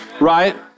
right